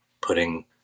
putting